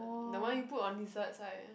the one you put on dessert side